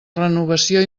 renovació